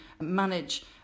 manage